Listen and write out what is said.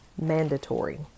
mandatory